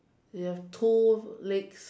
it have two legs